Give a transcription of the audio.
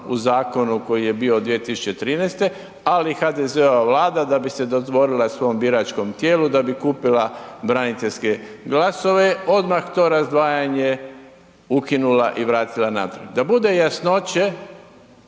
u zakonu koji je bio od 2013., ali HDZ-ova Vlada, da bi se dodvorila svom biračkom tijelu, da bi kupila braniteljske glasove, odmah to razdvajanje ukinula i vratila natrag. Da bude jasnoće,